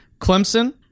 Clemson